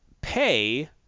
pay